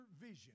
vision